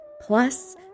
Plus